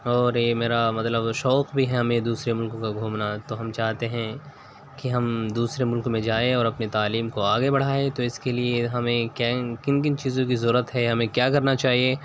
اور یہ میرا مطلب شوق بھی ہے ہمیں دوسرے ملک کو گھومنا تو ہم چاہتے ہیں کہ ہم دوسرے ملک میں جائیں اور اپنی تعلیم کو آگے بڑھائیں تو اس کے لیے ہمیں کن کن کن چیزوں کی ضرورت ہے ہمیں کیا کرنا چاہیے